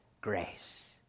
grace